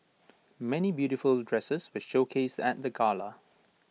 many beautiful dresses were showcased at the gala